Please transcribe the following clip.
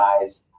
guys